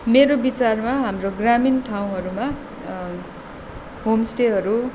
मेरो विचारमा हाम्रो ग्रामीण ठाउँहरूमा होमस्टेहरू